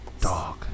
dog